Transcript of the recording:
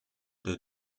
der